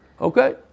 Okay